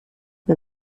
mir